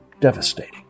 devastating